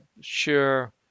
sure